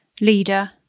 leader